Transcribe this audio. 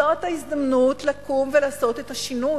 זאת ההזדמנות לקום ולעשות את השינוי,